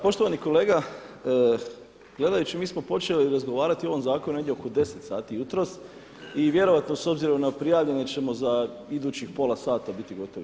Poštovani kolega gledajući mi smo počeli razgovarati o ovom zakonu negdje oko 10 sati jutros i vjerojatno s obzirom na prijavljene ćemo za idućih pola sata biti gotovi.